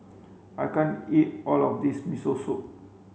I can't eat all of this Miso Soup